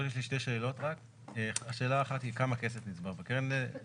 יש לי שתי שאלות: הראשונה, כמה כסף נצבר לגישתכם?